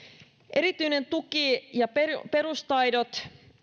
erityinen tuki ja perustaidot